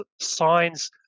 signs